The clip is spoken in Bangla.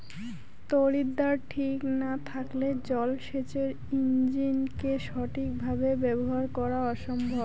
তড়িৎদ্বার ঠিক না থাকলে জল সেচের ইণ্জিনকে সঠিক ভাবে ব্যবহার করা অসম্ভব